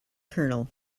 colonel